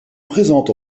présente